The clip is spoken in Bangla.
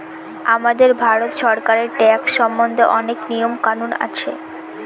আমাদের ভারত সরকারের ট্যাক্স সম্বন্ধে অনেক নিয়ম কানুন আছে